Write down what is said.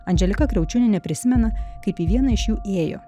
andželika kriaučiūnienė prisimena kaip vieną iš jų įėjo